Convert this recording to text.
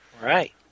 Right